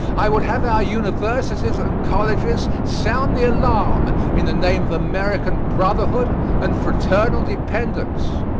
i would have our universities and colleges sound the alarm in the name of american brotherhood and fraternal dependence.